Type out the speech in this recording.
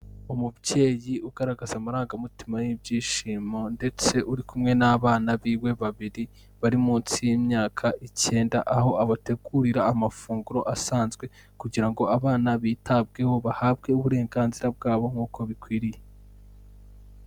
Umubyeyi ugaragaza amarangamutima y'ibyishimo, ndetse uri kumwe n'abana biwe babiri, bari munsi y'imyaka icyenda, aho abategurira amafunguro asanzwe, kugira ngo abana bitabweho, bahabwe uburenganzira bwabo, nk'uko bikwiriye.